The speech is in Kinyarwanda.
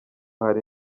hari